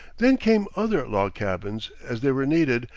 then came other log-cabins, as they were needed,